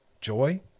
joy